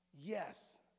Yes